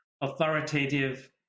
authoritative